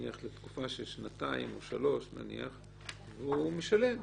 נניח לתקופה של שנתיים או שלוש, והוא משלם.